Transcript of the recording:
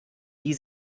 die